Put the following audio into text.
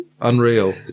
Unreal